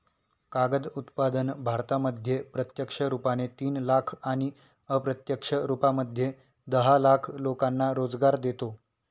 कागद उत्पादन भारतामध्ये प्रत्यक्ष रुपाने तीन लाख आणि अप्रत्यक्ष रूपामध्ये दहा लाख लोकांना रोजगार देतो